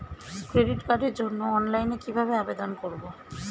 Credit কার্ডের জন্য অনলাইনে কিভাবে আবেদন করব?